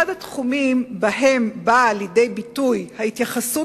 אחד התחומים שבהם באה לידי ביטוי ההתייחסות